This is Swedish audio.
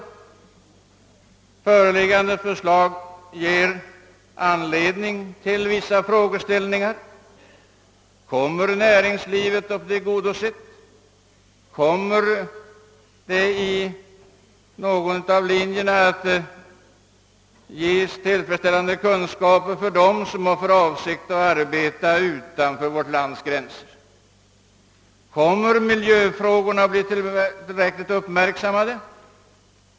Det föreliggande förslaget ger anledning att ställa vissa frågor: Kommer näringslivet att bli tillgodosett? Ger någon av linjerna = tillfredsställande kunskaper för dem som har för avsikt att arbeta utanför vårt lands gränser? Och kommer miljöfrågorna att bli tillräckligt uppmärksammade?